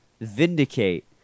vindicate